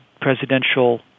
presidential